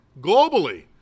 globally